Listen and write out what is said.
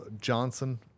Johnson